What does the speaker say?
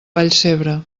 vallcebre